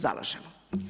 Zalažemo.